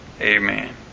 Amen